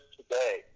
today